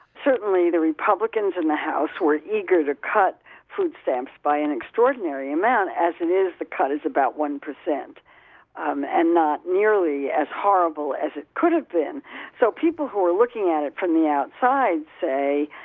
the republicans in the house were eager to cut food stamps by an extraordinary amount as it is, the cut is about one percent um and not nearly as horrible as it could have been so people who are looking at it from the outside say,